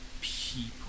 people